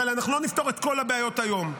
אבל אנחנו לא נפתור את כל הבעיות היום.